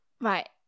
Right